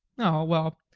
oh, well,